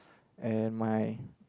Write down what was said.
and my